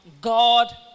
God